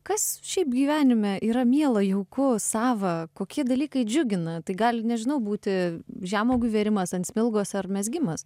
kas šiaip gyvenime yra miela jauku sava kokie dalykai džiugina tai gali nežinau būti žemuogių virimas ant smilgos ar mezgimas